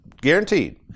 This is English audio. Guaranteed